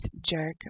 jerk